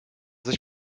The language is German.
sich